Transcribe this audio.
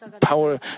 power